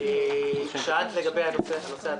שאלת לגבי הנושא התקציבי.